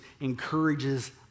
encourages